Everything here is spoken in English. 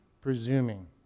presuming